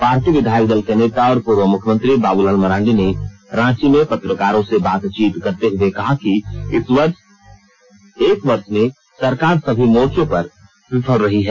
party विधायक दल के नेता और पूर्व मुख्यमंत्री बाबूलाल मरांडी ने रांची में पत्रकारों से बातचीत करते हुए कहा कि इस एक वर्ष में सरकार सभी मोर्चो पर विफल रही है